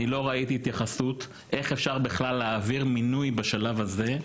אני לא ראיתי התייחסות איך אפשר בכלל להעביר מינוי בשלב הזה,